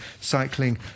Cycling